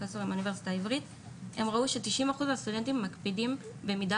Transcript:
הם גילו ש-90% מהסטודנטים מקפידים במידה